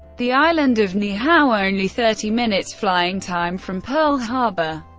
the island of niihau, only thirty minutes flying time from pearl harbor,